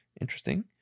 interesting